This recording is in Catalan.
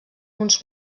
uns